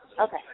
Okay